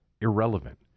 Irrelevant